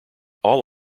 all